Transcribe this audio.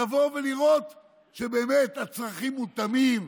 לבוא ולראות שבאמת הצרכים מותאמים?